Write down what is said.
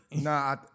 Nah